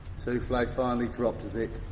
souffle finally dropped has it?